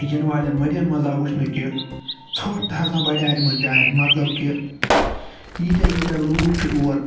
یِنہٕ والٮ۪ن ؤرۍیَن منٛز آو وُچھنہٕ کہِ ژھۄٹھ ہسا بڈٮ۪و یِمن جایَن مطلب کہِ ییٖتیٛاہ ییٖتیٛاہ لوٗکھ چھِ اور